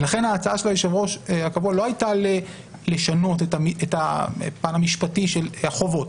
ולכן ההצעה של היושב-ראש הקבוע לא הייתה לשנות את הפן המשפטי של החובות,